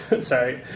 Sorry